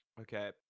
okay